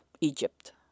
Egypt